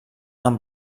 amb